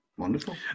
wonderful